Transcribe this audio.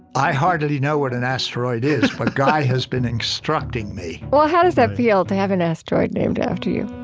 i hardly know what an asteroid is but guy has been instructing me well, how does that feel, to have an asteroid named after you?